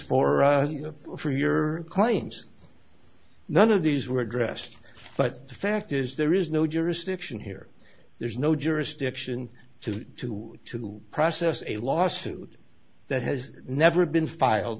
for for your claims none of these were addressed but the fact is there is no jurisdiction here there's no jurisdiction to to to process a lawsuit that has never been filed